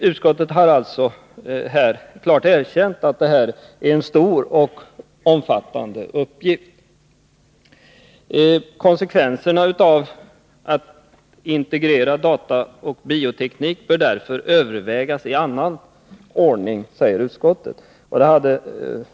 Utskottet har alltså klart erkänt att detta är en stor och omfattande uppgift. ”Frågan om konsekvenserna av att integrera dataoch bioteknik bör därför övervägas i annan ordning”, säger utskottet.